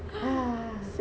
ha